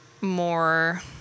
more